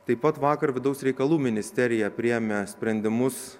taip pat vakar vidaus reikalų ministerija priėmė sprendimus